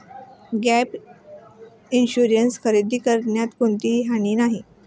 gap insurance खरेदी करण्यात कोणतीही हानी नाही